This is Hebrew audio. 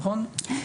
נכון?